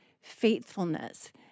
faithfulness